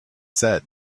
said